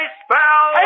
spell